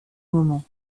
moment